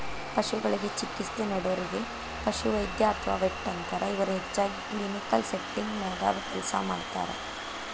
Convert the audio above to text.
ಪಶುಗಳಿಗೆ ಚಿಕಿತ್ಸೆ ನೇಡೋರಿಗೆ ಪಶುವೈದ್ಯ ಅತ್ವಾ ವೆಟ್ ಅಂತಾರ, ಇವರು ಹೆಚ್ಚಾಗಿ ಕ್ಲಿನಿಕಲ್ ಸೆಟ್ಟಿಂಗ್ ನ್ಯಾಗ ಕೆಲಸ ಮಾಡ್ತಾರ